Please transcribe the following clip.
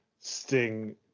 sting